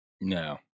no